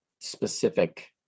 specific